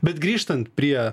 bet grįžtant prie